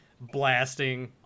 blasting